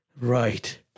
Right